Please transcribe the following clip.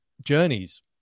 journeys